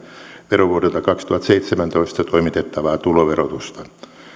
verovuodelta kaksituhattaseitsemäntoista toimitettavaa tuloverotusta